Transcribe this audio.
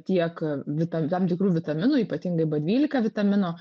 tiek vitam tam tikrų vitaminų ypatingai b dvylika vitamino